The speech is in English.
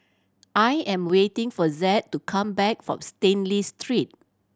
I am waiting for Zed to come back from Stanley Street